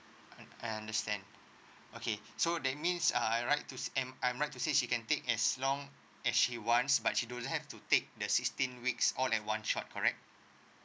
I understand okay so that means uh I right to and I'm right to say she can take as long as she wants but she don't have to take the sixteen weeks all at one shot correct